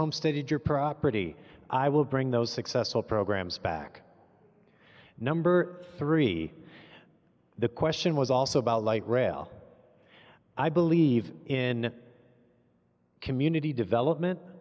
homesteaded your property i will bring those successful programs back number three the question was also about light rail i believe in community development